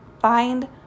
find